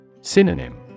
Synonym